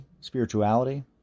spirituality